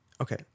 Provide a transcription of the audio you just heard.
okay